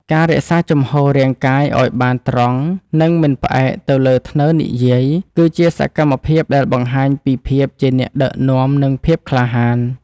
ការរក្សាជំហររាងកាយឱ្យបានត្រង់ និងមិនផ្អែកទៅលើធ្នើរនិយាយ គឺជាសកម្មភាពដែលបង្ហាញពីភាពជាអ្នកដឹកនាំ និងភាពក្លាហាន។